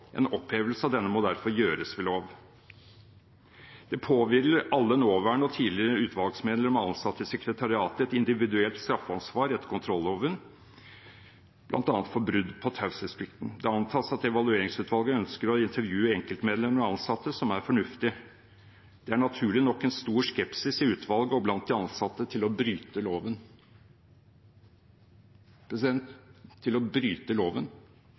En opphevelse av denne må derfor gjøres ved lov. Det påhviler alle nåværende og tidligere utvalgsmedlemmer og ansatte i sekretariatet et individuelt straffeansvar etter kontrolloven, bl.a. for brudd på taushetsplikten. Det antas at Evalueringsutvalget ønsker å intervjue enkeltmedlemmer og ansatte, som er fornuftig. Det er naturlig nok en stor skepsis i utvalget og blant de ansatte til å bryte loven – til å bryte loven,